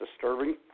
disturbing